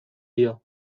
dio